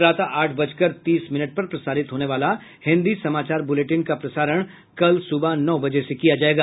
प्रातः आठ बजकर तीस मिनट पर प्रसारित होने वाला हिन्दी समाचार बुलेटिन का प्रसारण कल सुबह नौ बजे से किया जायेगा